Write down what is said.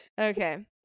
Okay